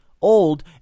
old